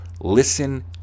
listen